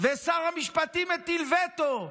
ושר המשפטים מטיל וטו,